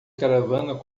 caravana